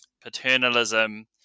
paternalism